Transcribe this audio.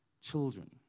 children